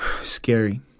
scary